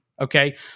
Okay